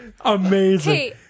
amazing